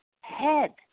head